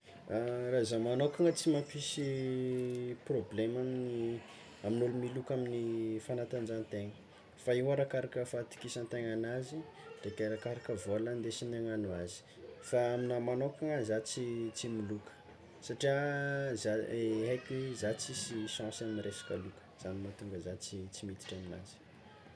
Raha zah magnokana tsy mampisy prôblema amin'ny amin'ny olo miloka amin'ny fagnatanjahantena fa io arakaraka fahatokisantegnanazy ndraiky arakaraka vôla ndesigny hagnagno azy, fa aminahy magnokana zah tsy tsy miloka satrià zah, aiky hoe zah tsisy chance amy resaka loka, zany mahatinga zah tsy miditry aminazy.